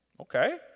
Okay